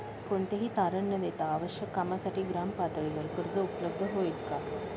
कोणतेही तारण न देता आवश्यक कामासाठी ग्रामपातळीवर कर्ज उपलब्ध होईल का?